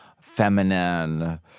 feminine